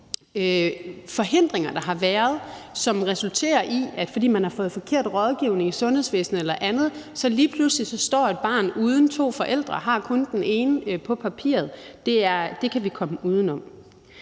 forhindringer, der har været, som resulterer i, fordi man har fået forkert rådgivning i sundhedsvæsenet eller noget andet, at et barn lige pludselig står uden to forældre, altså kun har den ene på papiret. Det kan vi komme uden om.